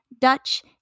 Dutch